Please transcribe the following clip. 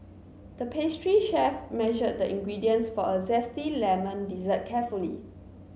the pastry chef measured the ingredients for a zesty lemon dessert carefully